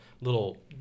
little